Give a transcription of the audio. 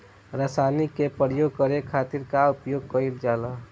रसायनिक के प्रयोग करे खातिर का उपयोग कईल जाला?